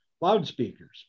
loudspeakers